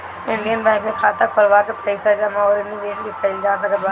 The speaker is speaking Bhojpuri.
इंडियन बैंक में खाता खोलवा के पईसा जमा अउरी निवेश भी कईल जा सकत बाटे